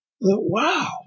wow